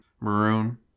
maroon